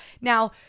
Now